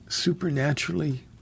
Supernaturally